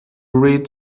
read